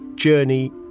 journey